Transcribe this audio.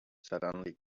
suddenly